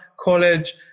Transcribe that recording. College